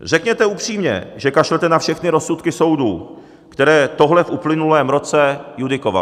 Řekněte upřímně, že kašlete na všechny rozsudky soudů, které tohle v uplynulém roce judikovali.